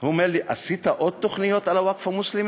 הוא אומר לי: עשית עוד תוכניות על הווקף המוסלמי?